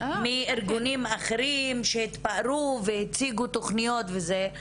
מארגונים אחרים שהתפארו והציגו תוכניות וזה.